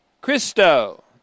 christo